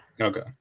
Okay